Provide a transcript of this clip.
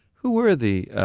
who were the